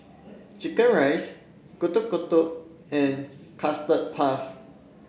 chicken rice Getuk Getuk and Custard Puff